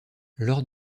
lors